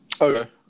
Okay